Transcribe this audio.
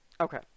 Okay